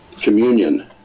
communion